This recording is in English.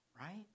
right